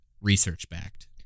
research-backed